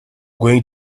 going